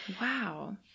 Wow